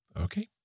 Okay